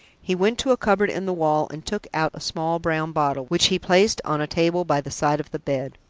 he went to a cupboard in the wall, and took out a small brown bottle, which he placed on a table by the side of the bed.